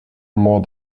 more